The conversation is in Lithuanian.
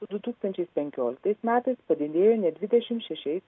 du tūkstančiais penkioliktais metais padidėjo net dvidešimt šešiais